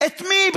את מי?